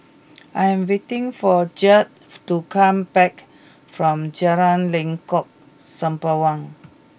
I am waiting for Judd to come back from Jalan Lengkok Sembawang